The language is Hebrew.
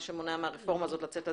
מה שמונע מהרפורמה הזאת לצאת לדרך.